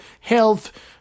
health